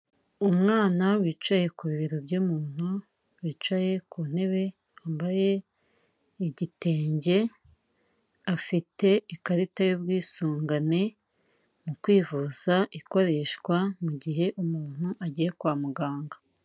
Umwana wicaye ku bibero by'umuntu, wicaye ku ntebe, wambaye igitenge, afite ikarita y'ubwisungane mu kwivuza, ikoreshwa mu gihe umuntu agiye kwa muganga.